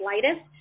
slightest